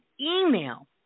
email